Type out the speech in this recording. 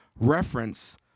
reference